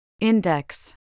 index